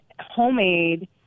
homemade